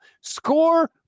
Score